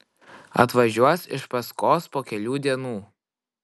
atvažiuos iš paskos po kelių dienų